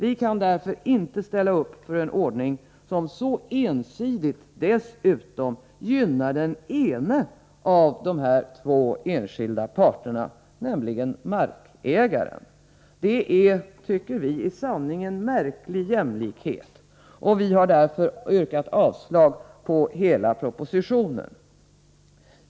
Vi kan därför inte ställa upp för en ordning som så ensidigt dessutom gynnar den ene av de två enskilda parterna, nämligen markägaren. Det är, tycker vi, i sanning en märklig jämlikhet. Vi har därför yrkat avslag på hela propositionen.